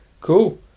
cool